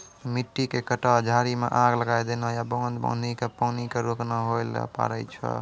मिट्टी के कटाव, झाड़ी मॅ आग लगाय देना या बांध बांधी कॅ पानी क रोकना होय ल पारै छो